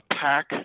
pack